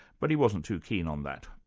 but he wasn't too keen on that.